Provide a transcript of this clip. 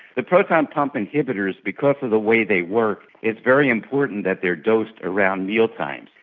the proton pump inhibitors, because of the way they work, it's very important that they are dosed around mealtimes.